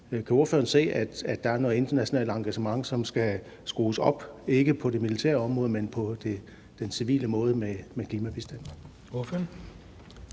Kan ordføreren se, at der er noget internationalt engagement, som skal skrues op, ikke på det militære område, men på den civile måde med klimabistanden?